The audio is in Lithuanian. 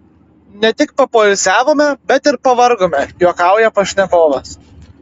ne tik papoilsiavome bet ir pavargome juokauja pašnekovas